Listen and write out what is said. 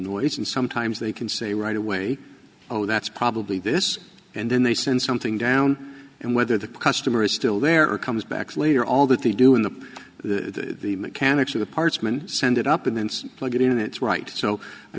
noise and sometimes they can say right away oh that's probably this and then they send something down and whether the customer is still there or comes back later all that they do in the the the mechanics of the parts men send it up and then plug it in it's right so i